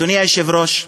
אדוני היושב-ראש,